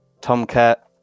Tomcat